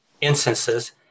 instances